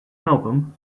album